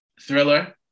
Thriller